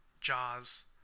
Jaws